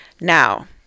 Now